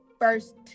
First